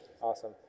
Awesome